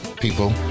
people